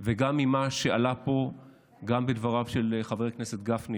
וגם ממה שעלה פה גם מדבריו של חבר הכנסת גפני,